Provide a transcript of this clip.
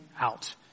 out